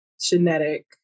genetic